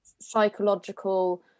psychological